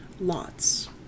lots